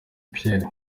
pierre